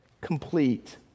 complete